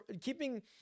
keeping